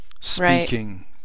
speaking